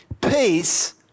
peace